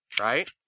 right